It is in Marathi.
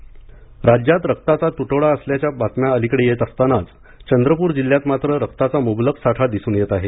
रक्तसाठा राज्यात रक्ताचा तुटवडा असल्याच्या बातम्या अलीकडे येत असतांनाच चंद्रपूर जिल्ह्यात मात्र रक्ताचा मुबलक साठा दिसून येत आहे